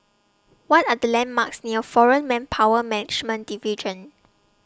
What Are The landmarks near Foreign Manpower Management Division